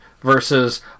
versus